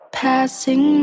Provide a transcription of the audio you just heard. passing